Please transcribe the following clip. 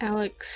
Alex